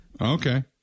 Okay